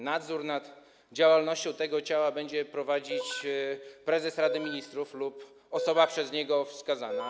Nadzór nad działalnością tego ciała będzie prowadzić prezes Rady Ministrów lub osoba przez niego wskazana.